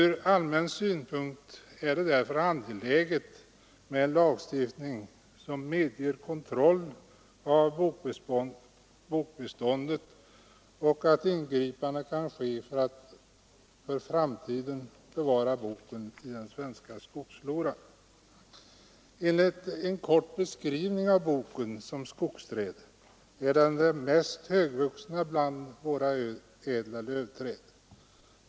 Från allmän synpunkt är det därför angeläget med en lagstiftning som medger kontroll av bokbeståndet och att ingripande kan ske för att för framtiden bevara boken i den svenska skogsfloran. Enligt en kort beskrivning av boken som skogsträd är den det mest högvuxna bland våra ädla lövträd.